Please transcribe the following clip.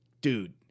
dude